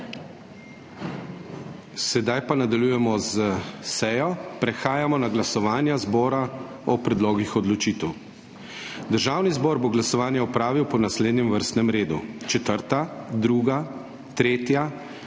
Sedaj pa nadaljujemo s sejo. Prehajamo na glasovanje zbora o predlogih odločitev. Državni zbor bo glasovanje opravil po naslednjem vrstnem redu: 4., 2., 3.,